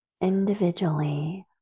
Individually